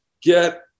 get